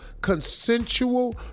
consensual